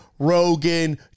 Rogan